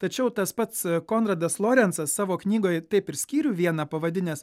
tačiau tas pats konradas lorencas savo knygoje taip ir skyrių vieną pavadinęs